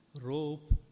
Rope